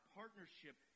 partnership